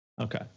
Okay